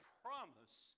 promise